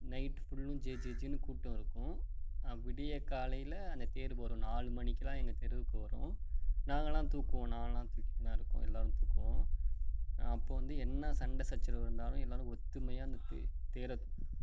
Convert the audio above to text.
night ஃபுல்லும் ஜே ஜேனு கூட்டம் இருக்கும் விடியற் காலையில் அந்த தேர் வரும் நாலு மணிக்கெல்லாம் எங்கள் தெருவுக்கு வரும் நாங்களெலாம் தூக்குவோம் நானெலாம் தூக்கின்னுதான் இருக்கோம் எல்லாேரும் தூக்குவோம் அப்போ வந்து என்ன சண்டை சச்சரவு இருந்தாலும் எல்லாேரும் ஒற்றுமையா இந்த தேரை